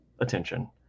attention